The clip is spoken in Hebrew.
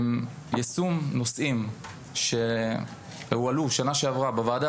יישום נושאים שהועלו בשנה שעברה בוועדה